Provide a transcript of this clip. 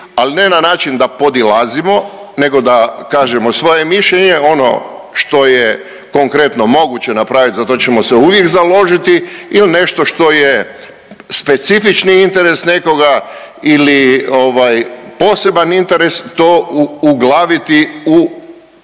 al ne način da podilazimo nego da kažemo svoje mišljenje. Ono što je konkretno moguće napraviti za to ćemo se uvijek založiti il nešto što je specifični interes nekoga ili poseban interes to uglaviti u